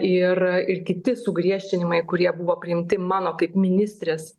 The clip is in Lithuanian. ir ir kiti sugriežtinimai kurie buvo priimti mano kaip ministrės